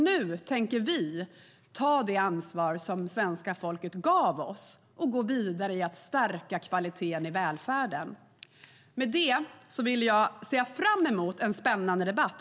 Nu tänker vi ta det ansvar som svenska folket har gett oss och gå vidare med att stärka kvaliteten i välfärden. Jag ser fram emot en spännande debatt.